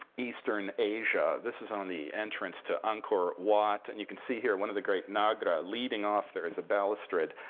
and asia. this is on the entrance to angkor wat. and you can see here, one of the great nagara. leading off, there is a balustrade.